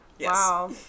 Wow